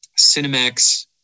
Cinemax